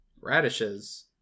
radishes